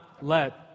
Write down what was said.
let